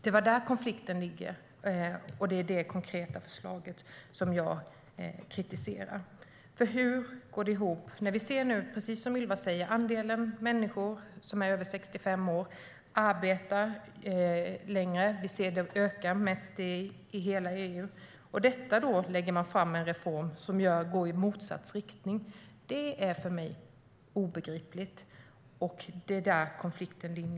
Det är där konflikten ligger, och det är detta konkreta förslag som jag kritiserar. Hur går detta ihop? Vi ser nu, precis som Ylva Johansson säger, att andelen människor som är över 65 år arbetar längre och ökar mest i hela EU. Då lägger man fram en reform som går i motsatt riktning. Det är obegripligt för mig, och det är där konflikten ligger.